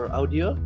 audio